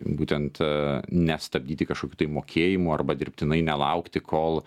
būtent nestabdyti kažkokių tai mokėjimų arba dirbtinai nelaukti kol